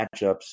matchups